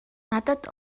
надад